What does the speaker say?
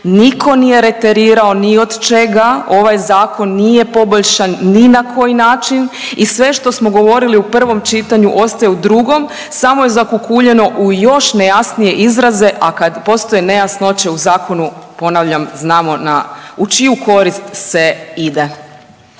nitko nije reterirao ni od čega. Ovaj zakon nije poboljšan ni na koji način i sve što smo govorili u prvom čitanju ostaje u drugom samo je zakukuljeno u još nejasnije izraze, a kad postoje nejasnoće u zakonu ponavljam znamo na, u čiju korist se ide.